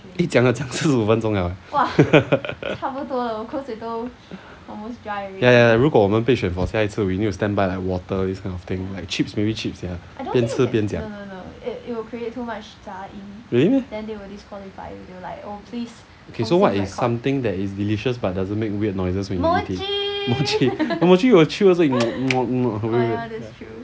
eh 讲了讲出五分钟了 leh ya ya 如果我们被选 for 下一次 we need to standby like water this kind of thing like chips maybe chips ya 边吃边讲 really meh okay so what is something that is delicious but doesn't make weird noises when you eat it when chew also something like that